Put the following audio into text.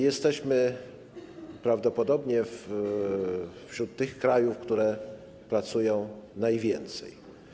Jesteśmy prawdopodobnie wśród tych krajów, które pracują najwięcej.